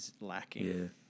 lacking